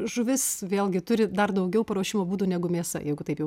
žuvis vėlgi turi dar daugiau paruošimo būdų negu mėsa jeigu taip jau